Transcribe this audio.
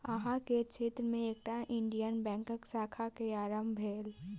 अहाँ के क्षेत्र में एकटा इंडियन बैंकक शाखा के आरम्भ भेल